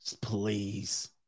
please